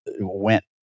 went